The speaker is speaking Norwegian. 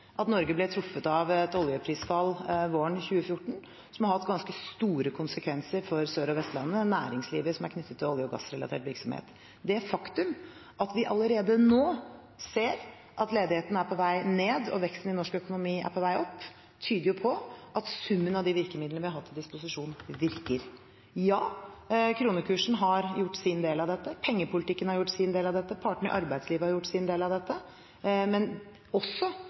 at Norge ble truffet av et oljeprisfall våren 2014, noe som har hatt ganske store konsekvenser for Sør- og Vestlandet og næringslivet som er knyttet til olje- og gassrelatert virksomhet. Det faktum at vi allerede nå ser at ledigheten er på vei ned, og at veksten i norsk økonomi er på vei opp, tyder på at summen av de virkemidlene vi har hatt til disposisjon, virker. Ja, kronekursen har gjort sin del av dette. Pengepolitikken har gjort sin del av dette. Partene i arbeidslivet har gjort sin del av dette. Men også